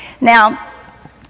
Now